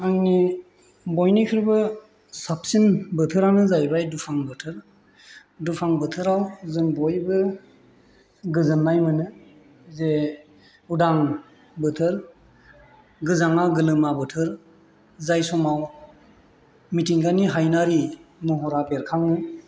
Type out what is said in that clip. आंनि बयनिख्रुइबो साबसिन बोथोरानो जाहैबाय दुफां बोथोर दुफां बोथोराव जों बयबो गोजोननाय मोनो जे उदां बोथोर गोजाङा गोलोमा बोथोर जाय समाव मिथिंगानि हायनारि महरा बेरखाङो